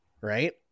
Right